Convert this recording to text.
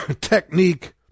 technique